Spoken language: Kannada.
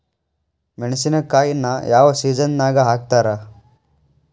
ಮೆಣಸಿನಕಾಯಿನ ಯಾವ ಸೇಸನ್ ನಾಗ್ ಹಾಕ್ತಾರ?